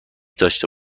داشته